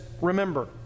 remember